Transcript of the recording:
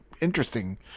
Interesting